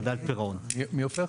פירעון,